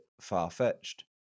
far-fetched